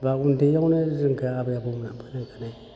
बा उन्दैआवनो जोंखौ आबै आबौमोनहा फोरोंखानाय